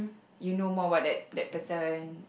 you know more about that that person